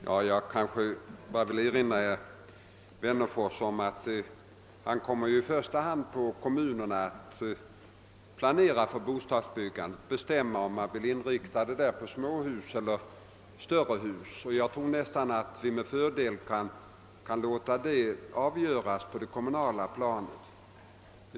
Herr talman! Jag vill erinra herr Wennerfors om att det i första hand ankommer på kommunerna att planera för bostadsbyggandet och bestämma om man vill inrikta produktionen på småhus eller på större hus. Jag tror att vi med fördel kan låta den frågan avgöras på det kommunala planet.